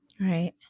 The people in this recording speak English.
Right